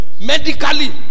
medically